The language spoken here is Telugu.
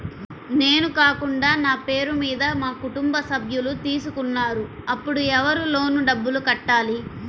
నేను కాకుండా నా పేరు మీద మా కుటుంబ సభ్యులు తీసుకున్నారు అప్పుడు ఎవరు లోన్ డబ్బులు కట్టాలి?